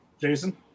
Jason